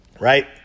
right